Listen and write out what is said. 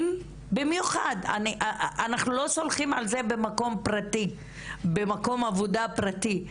אנחנו לא סולחים על זה במקום עבודה פרטי,